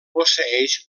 posseeix